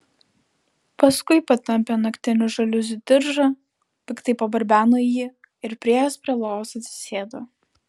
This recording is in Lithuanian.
paskui patampė naktinių žaliuzių diržą piktai pabarbeno į jį ir priėjęs prie lovos atsisėdo